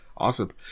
Awesome